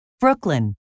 Brooklyn